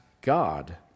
God